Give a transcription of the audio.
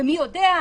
ומי יודע,